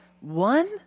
one